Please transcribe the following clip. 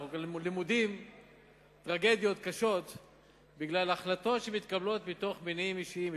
אנחנו למודים טרגדיות קשות בגלל החלטות שמתקבלות מתוך מניעים אישיים,